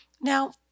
Now